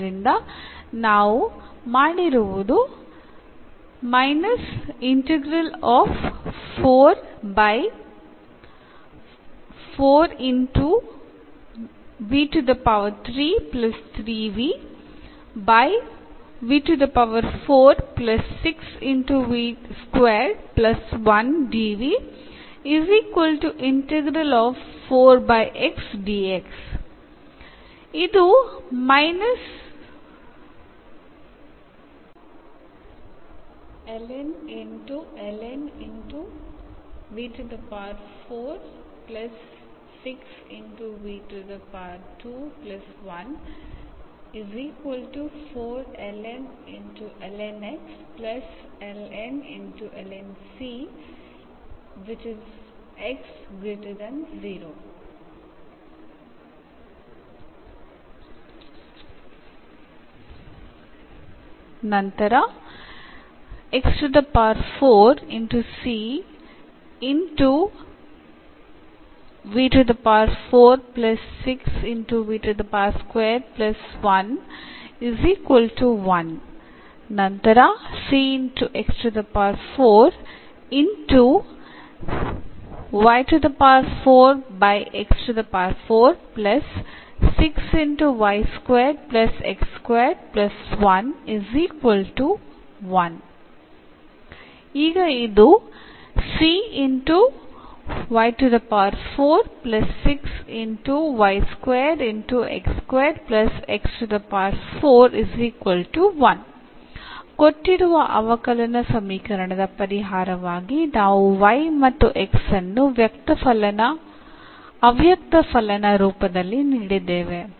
ಆದ್ದರಿಂದ ನಾವು ಮಾಡಿರುವುದು ಈಗ ಇದು ಕೊಟ್ಟಿರುವ ಅವಕಲನ ಸಮೀಕರಣದ ಪರಿಹಾರವಾಗಿ ನಾವು y ಮತ್ತು x ಅನ್ನು ಅವ್ಯಕ್ತಫಲನ ರೂಪದಲ್ಲಿ ನೀಡಿದ್ದೇವೆ